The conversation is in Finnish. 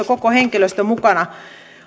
koko henkilöstö mukana